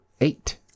eight